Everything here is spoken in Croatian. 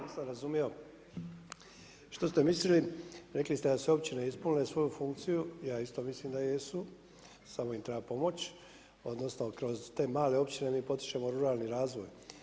Nisam razumio što ste mislili, rekli ste da su općine ispunile svoju funkciju, ja isto mislim da jesu samo im treba pomoć, odnosno kroz te male općine mi potičemo ruralni razvoj.